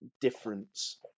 Difference